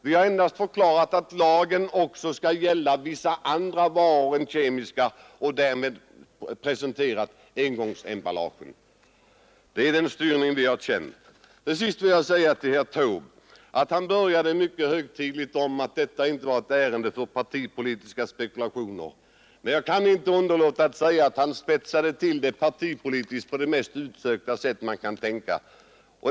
Vi har endast förklarat att lagen också skall gälla vissa andra varor än kemiska — och därmed presenterat engångsemballagen. Det är den styrningen vi har känt. Till sist vill jag säga till herr Taube att han började mycket högtidligt med att tala om att detta inte är ett ärende för partipolitiska spekulationer. Men jag kan inte underlåta att säga att han spetsade till det partipolitiskt på det mest utsökta sätt man kan tänka sig.